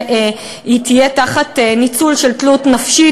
והיא תהיה תחת ניצול של תלות נפשית,